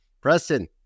Preston